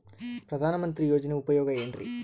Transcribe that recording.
ಪ್ರಧಾನಮಂತ್ರಿ ಯೋಜನೆ ಉಪಯೋಗ ಏನ್ರೀ?